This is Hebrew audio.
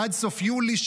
עד סוף חודש יולי,